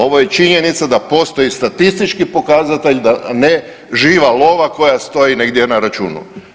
Ovo je činjenica da postoji statistički pokazatelj da ne živa lova koja stoji negdje na računu.